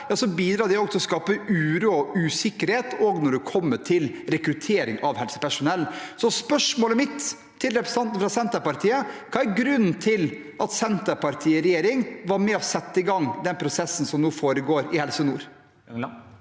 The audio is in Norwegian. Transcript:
bidrar det til å skape uro og usikkerhet, også når det gjelder rekruttering av helsepersonell. Spørsmålet mitt til representanten fra Senterpartiet er: Hva er grunnen til at Senterpartiet i regjering var med på å sette i gang den prosessen som nå foregår i Helse nord?